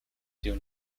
due